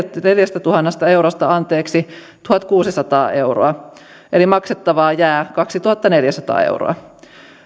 neljästätuhannesta eurosta anteeksi tuhatkuusisataa euroa eli maksettavaa jää kaksituhattaneljäsataa euroa